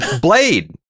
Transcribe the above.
Blade